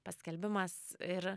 paskelbimas ir